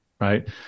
right